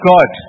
God